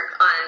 on